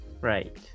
Right